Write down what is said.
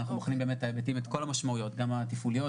ואנחנו בוחנים את כל המשמעויות, גם התפעוליות,